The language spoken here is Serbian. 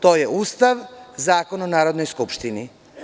To je Ustav Zakon o Narodnoj skupštini.